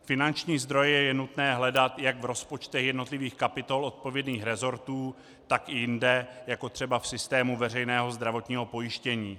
Finanční zdroje je nutné hledat jak v rozpočtech jednotlivých kapitol odpovědných rezortů, tak i jinde, jako třeba v systému veřejného zdravotního pojištění.